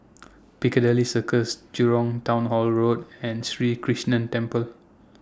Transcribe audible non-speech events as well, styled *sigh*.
*noise* Piccadilly Circus Jurong Town Hall Road and Sri Krishnan Temple